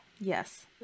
Yes